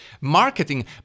marketing